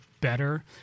better